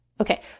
Okay